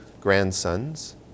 grandsons